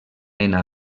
nena